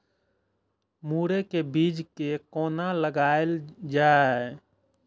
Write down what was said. मुरे के बीज कै कोना लगायल जाय?